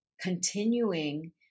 continuing